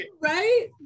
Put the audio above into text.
right